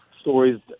stories